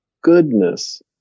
goodness